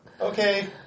Okay